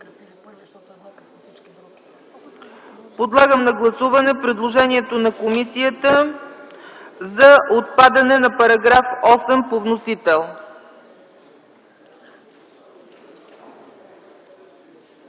Подлагам на гласуване предложението на комисията за отпадане на § 8 по вносител.